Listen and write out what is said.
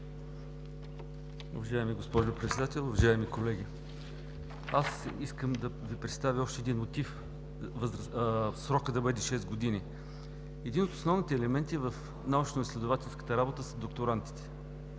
Уважаема госпожо Председател, уважаеми колеги! Искам да Ви представя още един мотив срокът да бъде шест години. Един от основните елементи в научноизследователската работа са докторантите.